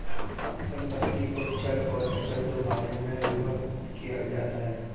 संपत्ति को चल और अचल दो भागों में विभक्त किया जाता है